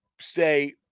say